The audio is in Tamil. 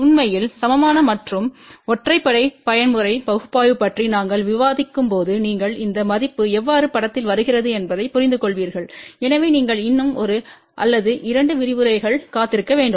உண்மையில் சமமான மற்றும் ஒற்றைப்படை பயன்முறை பகுப்பாய்வு பற்றி நாங்கள் விவாதிக்கும்போது நீங்கள் இந்த மதிப்பு எவ்வாறு படத்தில் வருகிறது என்பதைப் புரிந்துகொள்வீர்கள் எனவே நீங்கள் இன்னும் ஒன்று அல்லது இரண்டு விரிவுரைகள் காத்திருக்க வேண்டும்